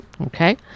okay